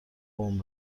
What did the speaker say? قوم